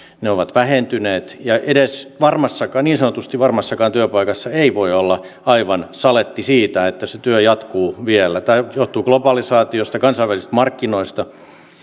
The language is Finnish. ovat vähentyneet ja edes niin sanotusti varmassakaan työpaikassa ei voi olla aivan saletti siitä että se työ jatkuu vielä tämä johtuu globalisaatiosta kansainvälisistä markkinoista